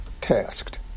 tasked